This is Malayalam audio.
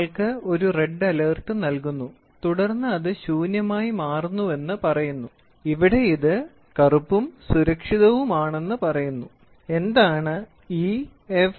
നിങ്ങൾക്ക് ഒരു റെഡ് അലേർട്ട് നൽകുന്നു തുടർന്ന് അത് ശൂന്യമായി മാറുന്നുവെന്ന് പറയുന്നു ഇവിടെ ഇത് കറുപ്പും സുരക്ഷിതവുമാണെന്ന് പറയുന്നു എന്താണ് E F